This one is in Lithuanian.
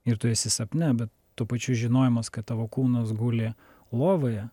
ir tu esi sapne bet tuo pačiu žinojimas kad tavo kūnas guli lovoje